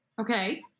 Okay